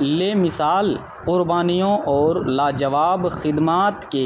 لے مثال قربانیوں اور لاجواب خدمات کے